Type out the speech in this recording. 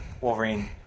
Wolverine